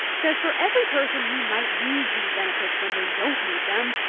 said for every person who might use these benefits when they don't need them,